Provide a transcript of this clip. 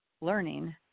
learning